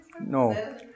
No